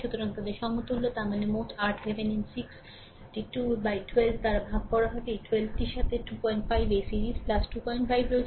সুতরাং তাদের সমতুল্য তার মানে মোট RThevenin 6 টি 2 এ 12 দ্বারা ভাগ করা হবে এই 12 টির সাথে 25 এই সিরিজের 25 রয়েছে